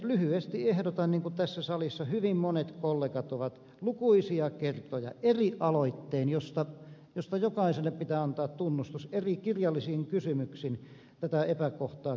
lyhyesti ehdotan tätä epäkohtaa korjattavaksi niin kuin tässä salissa hyvin monet kollegat ovat lukuisia kertoja eri aloittein joista jokaiselle pitää antaa tunnustus eri kirjallisin kysymyksin tätä epäkohtaa koettaneet korjata